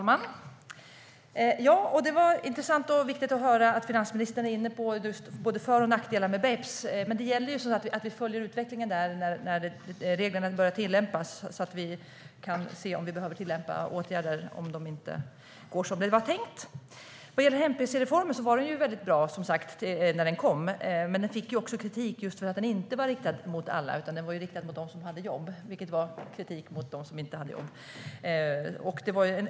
Fru talman! Det var intressant och viktigt att höra att finansministern är inne på både för och nackdelar med BEPS. Det gäller som sagt att vi följer utvecklingen när reglerna börjar tillämpas, så att vi kan se om vi behöver vidta åtgärder om det inte går som det var tänkt. Hem-pc-reformen var väldigt bra när den kom, men den fick också kritik just för att den inte var riktad mot alla. Den var riktad mot dem som hade jobb, vilket var kritik mot dem som inte hade jobb.